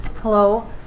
Hello